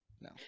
no